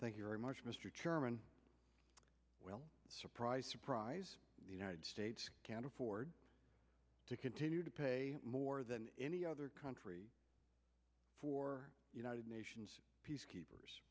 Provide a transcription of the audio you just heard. thank you very much mr chairman well surprise surprise the united states can't afford to continue to pay more than any other country for united nations peacekeepers